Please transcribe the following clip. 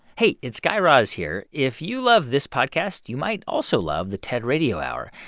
hey. it's guy raz here. if you love this podcast, you might also love the ted radio hour.